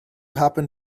happen